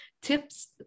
tips